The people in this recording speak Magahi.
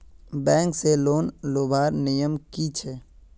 बैंक से लोन लुबार नियम की छे?